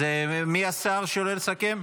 אז מי השר שעולה לסכם?